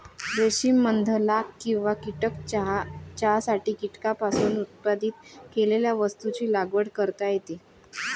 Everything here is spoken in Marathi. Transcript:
रेशीम मध लाख किंवा कीटक चहासाठी कीटकांपासून उत्पादित केलेल्या वस्तूंची लागवड करता येते